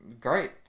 great